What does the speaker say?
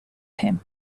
him